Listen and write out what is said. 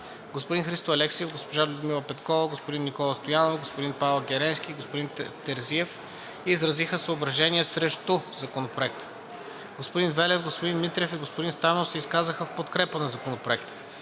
Господин Христо Алексиев, госпожа Людмила Петкова, господин Никола Стоянов, господин Павел Геренски и господин Терзиев изразиха съображения срещу Законопроекта. Господин Велев, господин Митрев и господин Стаменов се изказаха в подкрепа на Законопроекта.